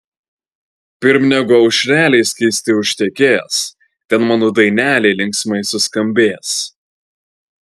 pirm negu aušrelė skaisti užtekės ten mano dainelė linksmai suskambės